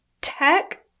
tech